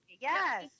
Yes